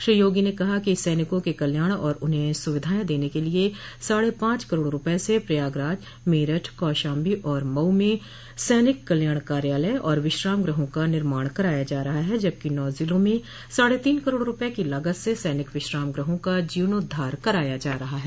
श्री योगी ने कहा कि सैनिकों के कल्याण और उन्हें सुविधायें देने के लिये साढ़े पांच करोड़ रूपये से प्रयागराज मेरठ कौशाम्बी और मऊ में सैनिक कल्याण कार्यालय और विश्राम गृहों का निर्माण कराया जा रहा है जबकि नौ ज़िलों में साढ़े तीन करोड़ रूपये की लागत से सैनिक विश्राम गृहों का जीर्णोद्धार कराया जा रहा है